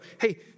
hey